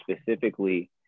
specifically